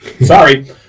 Sorry